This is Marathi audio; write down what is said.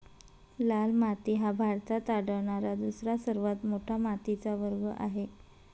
लाल माती हा भारतात आढळणारा दुसरा सर्वात मोठा मातीचा वर्ग आहे